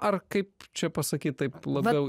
ar kaip čia pasakyt taip labiau